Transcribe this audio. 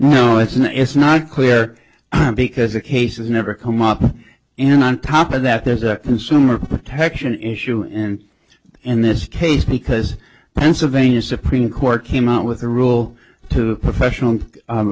clear no it's not it's not clear because the cases never come up and on top of that there's a consumer protection issue and in this case because pennsylvania supreme court came out with a rule to professional